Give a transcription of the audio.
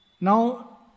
Now